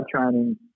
training